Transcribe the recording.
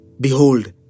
Behold